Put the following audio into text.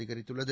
அதிகரித்துள்ளது